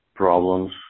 Problems